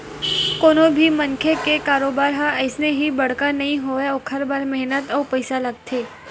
कोनो भी मनखे के कारोबार ह अइसने ही बड़का नइ होवय ओखर बर मेहनत अउ पइसा लागथे